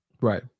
Right